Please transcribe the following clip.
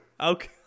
Okay